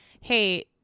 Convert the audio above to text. hey